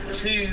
Two